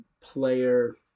player